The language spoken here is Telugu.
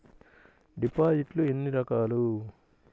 డిపాజిట్లు ఎన్ని రకాలు?